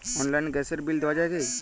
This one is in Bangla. অনলাইনে গ্যাসের বিল দেওয়া যায় কি?